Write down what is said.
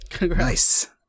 Nice